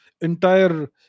entire